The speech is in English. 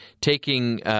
taking –